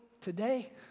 today